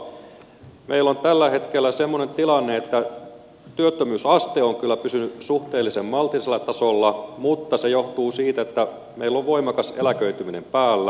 meillä on tällä hetkellä semmoinen tilanne että työttömyysaste on kyllä pysynyt suhteellisen maltillisella tasolla mutta se johtuu siitä että meillä on voimakas eläköityminen päällä